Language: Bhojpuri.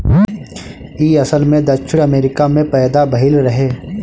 इ असल में दक्षिण अमेरिका में पैदा भइल रहे